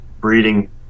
breeding